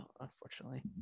Unfortunately